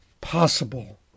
possible